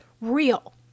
real